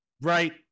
Right